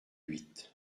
huit